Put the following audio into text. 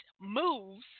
moves